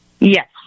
Yes